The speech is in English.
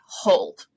hold